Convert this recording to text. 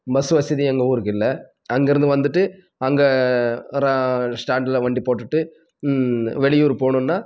bus வசதி எங்கள் ஊருக்கு இல்லை அங்கிருந்து வந்துட்டு அங்கே ஒரு ஸ்டாண்டில் வண்டி போட்டுவிட்டு வெளியூர் போகணுன்னா